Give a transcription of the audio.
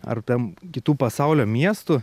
ar ten kitų pasaulio miestų